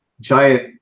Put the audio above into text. Giant